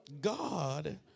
God